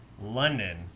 london